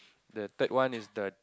the third one is the